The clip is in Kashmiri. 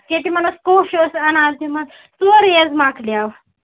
ہَے تِمن ٲسۍ کوٚش ٲسۍ اَنان تِمن سورُے حظ مۅکلیٛو